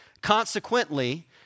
Consequently